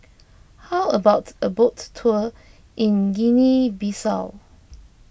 how about a boat tour in Guinea Bissau